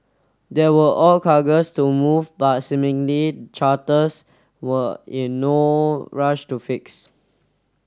there were ore cargoes to move but seemingly charters were in no rush to fix